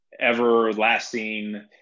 everlasting